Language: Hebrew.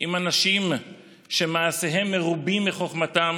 עם אנשים שמעשיהם מרובים מחוכמתם